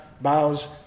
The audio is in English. bows